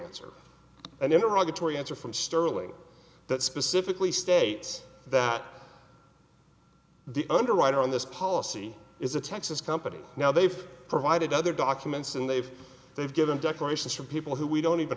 answer and in iraq a tory answer from sterling that specifically states that the underwriter on this policy is a texas company now they've provided other documents and they've they've given declarations for people who we don't even